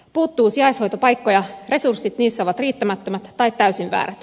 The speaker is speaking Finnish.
puuttuu sijaishoitopaikkoja resurssit niissä ovat riittämättömät tai täysin väärät